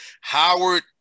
Howard